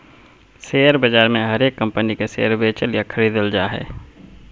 share बाजार मे हरेक कम्पनी के शेयर बेचल या खरीदल जा हय